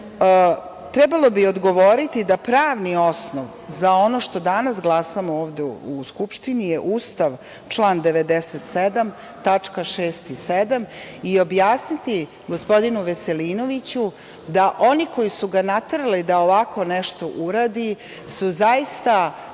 trebalo bi odgovoriti da pravni osnov za ono što danas glasamo ovde u Skupštini je Ustav, član 97. tačka 6. i 7. i objasniti gospodinu Veselinoviću da oni koji su ga naterali da ovako nešto uradi su zaista